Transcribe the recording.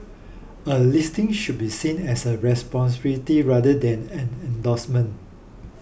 a listing should be seen as a responsibility rather than an endorsement